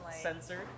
censored